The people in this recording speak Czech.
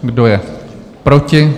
Kdo je proti?